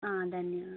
ధన్యవాద